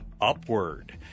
upward